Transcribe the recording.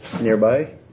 nearby